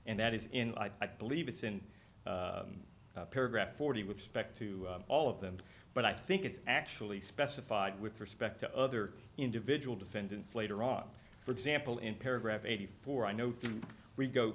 and that is in i believe it's in paragraph forty with suspect to all of them but i think it's actually specified with respect to other individual defendants later on for example in paragraph eighty four i know we go